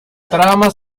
trama